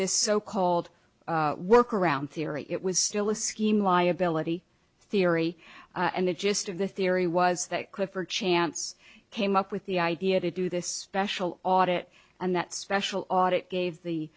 this so called workaround theory it was still a scheme liability theory and the gist of the theory was that clifford chance came up with the idea to do this session audit and that special audit gave the